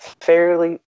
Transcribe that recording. fairly